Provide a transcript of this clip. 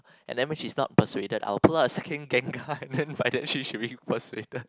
and then which is not persuaded I will pull out the second gengar then by then she should be persuaded